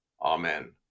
Amen